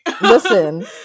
Listen